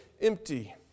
empty